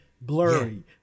blurry